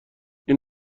این